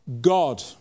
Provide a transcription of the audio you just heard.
God